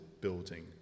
building